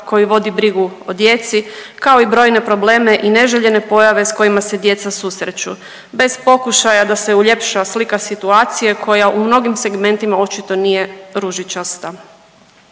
koji vodi brigu o djeci kao i brojne probleme i neželjene pojave sa kojima se djeca susreću bez pokušaja da se uljepša slika situacije koja u mnogim segmentima očito nije ružičasta.